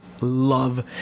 love